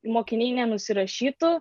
mokiniai nenusirašytų